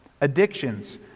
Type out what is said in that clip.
addictions